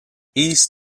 east